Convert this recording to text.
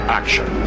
action